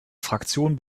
fraktion